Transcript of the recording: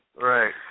Right